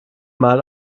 mal